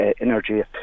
energy